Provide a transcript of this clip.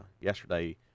yesterday